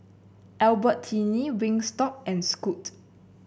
Albertini Wingstop and Scoot